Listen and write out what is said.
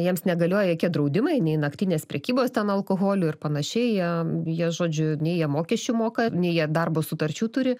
jiems negalioja jokie draudimai nei naktinės prekybos alkoholiu ir panašiai jie jie žodžiu nei jie mokesčių moka nei jie darbo sutarčių turi